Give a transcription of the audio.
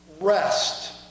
rest